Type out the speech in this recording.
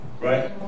right